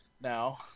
now